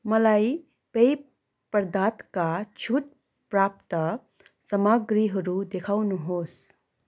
मलाई पेय पदार्थका छुटप्राप्त सामग्रीहरू देखाउनुहोस्